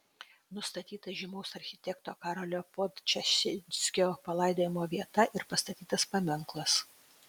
nustatyta žymaus architekto karolio podčašinskio palaidojimo vieta ir pastatytas paminklas